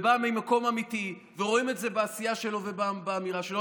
ובא ממקום אמיתי ורואים את זה בעשייה שלו ובאמירה שלו,